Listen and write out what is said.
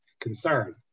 concern